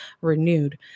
renewed